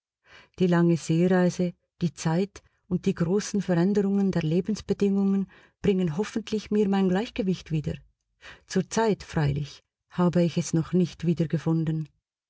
die lange seereise die zeit und die großen veränderungen der lebensbedingungen bringen hoffentlich mir mein gleichgewicht wieder zur zeit freilich habe ich es noch nicht wieder